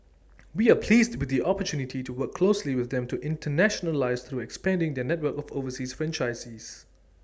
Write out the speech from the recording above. we are pleased with the opportunity to work closely with them to internationalise through expanding their network of overseas franchisees